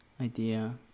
idea